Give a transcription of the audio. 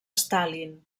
stalin